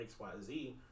XYZ